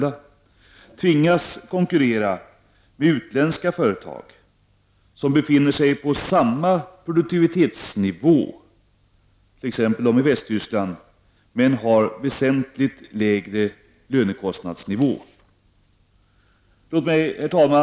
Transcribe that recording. De tvingas konkurrera med utländska företag som befinner sig på samma produktivitetsnivå men har väsentligt lägre lönekostnadsnivå. Det gäller t.ex. företag av detta slag i Västtyskland. Herr talman!